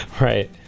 Right